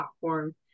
platform